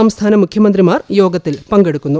സംസ്ഥാന മുഖ്യമന്ത്രിമാർ യോഗത്തിൽ പങ്കെടുക്കുന്നു